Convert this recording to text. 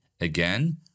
Again